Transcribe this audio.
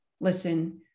listen